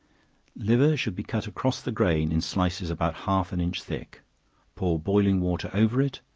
liver should be cut across the grain in slices about half an inch thick pour boiling water over it,